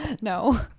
No